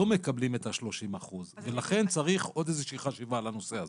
לא מקבלים את ה-30% ולכן צריך עוד איזושהי חשיבה לנושא הזה.